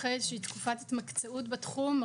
אחרי תקופת התמקצעות בתחום,